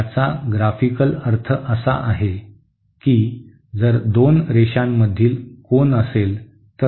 याचा ग्राफिकल अर्थ असा आहे की जर दोन रेषांमधील कोन असेल तर